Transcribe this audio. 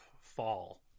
Fall